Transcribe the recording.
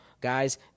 Guys